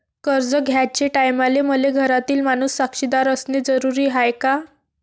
कर्ज घ्याचे टायमाले मले घरातील माणूस साक्षीदार असणे जरुरी हाय का?